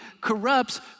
corrupts